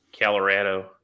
Colorado